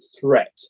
threat